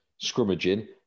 scrummaging